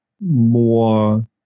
more